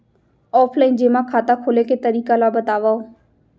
Offline जेमा खाता खोले के तरीका ल बतावव?